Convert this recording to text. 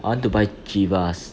I want to buy Chivas